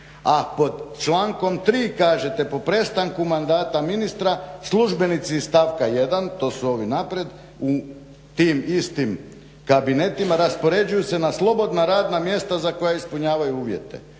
A pod člankom 3. kažete po prestanku mandata ministra službenici iz stavka 1. to su ovi naprijed u tim istim kabinetima raspoređuju se na slobodna radna mjesta za koja ispunjavaju uvjete.